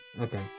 Okay